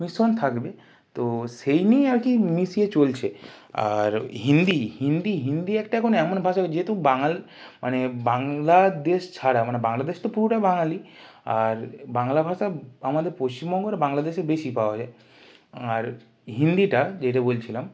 মিশ্রণ থাকবে তো সেই নিয়ে আর কি মিশিয়ে চলছে আর হিন্দি হিন্দি হিন্দি একটা এখন এমন ভাষা যেহেতু বাঙাল মানে বাংলাদেশ ছাড়া মানে বাংলাদেশ তো পুরোটাই বাঙালি আর বাংলা ভাষা আমাদের পশ্চিমবঙ্গর বাংলাদেশে বেশি পাওয়া যায় আর হিন্দিটা যেটা বলছিলাম